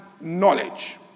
knowledge